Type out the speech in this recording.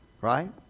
right